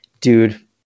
dude